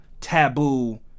taboo